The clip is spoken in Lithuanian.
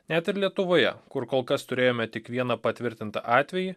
net ir lietuvoje kur kol kas turėjome tik vieną patvirtintą atvejį